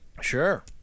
Sure